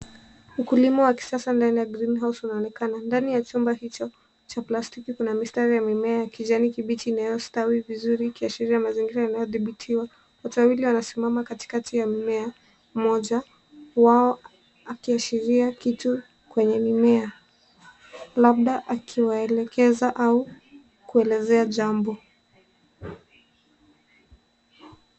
Ukulima wa kisasa ndani ya greengouse unaonekana ndani ya chumba hicho cha plastiki kuna mistari ya mimea ya kijani kibichi inayostawi vizuri ikiashiria mazingira inayodhibitiwa watu wawili wanasimama katikati ya mimea mmoja wao akiashiria kitu kwenye mimea labda akiwaelekeza au kuelezea jambo.